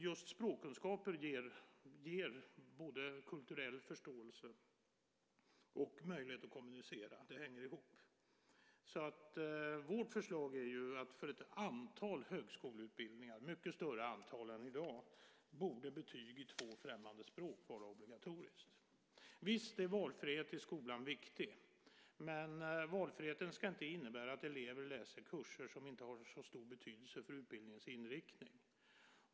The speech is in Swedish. Just språkkunskaper ger både kulturell förståelse och möjlighet att kommunicera - det hänger ihop. Vårt förslag är att för ett antal högskoleutbildningar, mycket större antal än i dag, borde betyg i två främmande språk vara obligatoriskt. Visst är valfrihet i skolan viktig, men valfriheten ska inte innebära att elever läser kurser som inte har så stor betydelse för utbildningens inriktning.